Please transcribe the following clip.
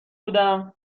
بودم